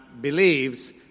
believes